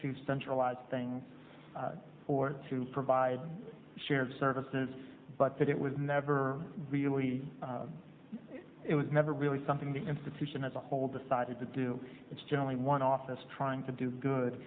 to centralize things or to provide shared services but that it was never really it was never really something the institution as a whole decided to do it's generally one office trying to do good